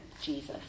Jesus